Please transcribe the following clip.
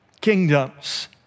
kingdoms